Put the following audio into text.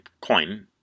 coin